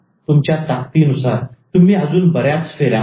तुमच्या ताकतीनुसार तुम्ही अजून बऱ्याच फेऱ्या मारता